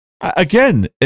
Again